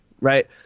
Right